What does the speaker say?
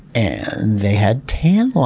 and they had tan lines.